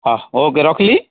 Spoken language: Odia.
ହଁ ହଉ କେ ରଖଲି